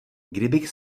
kdybych